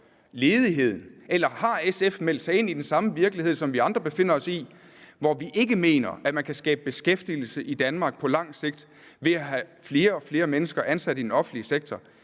ledigheden? Eller har SF meldt sig ind i den samme virkelighed, som vi andre befinder os i, hvor vi ikke mener, at man kan skabe beskæftigelse i Danmark på lang sigt ved at have flere og flere mennesker ansat i den offentlige sektor.